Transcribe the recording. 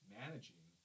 managing